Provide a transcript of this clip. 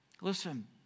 Listen